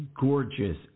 gorgeous